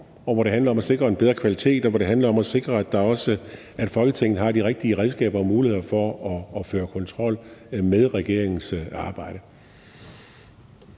og hvor det handler om at sikre en bedre kvalitet, og hvor det handler om at sikre, at Folketinget har de rigtige redskaber og muligheder for at føre kontrol med regeringens arbejde.